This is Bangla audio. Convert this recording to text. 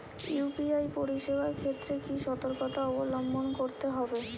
ইউ.পি.আই পরিসেবার ক্ষেত্রে কি সতর্কতা অবলম্বন করতে হবে?